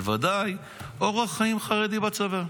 בוודאי אורח חיים חרדי בצבא,